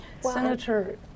Senator